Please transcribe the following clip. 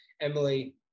Emily